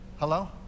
Hello